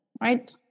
right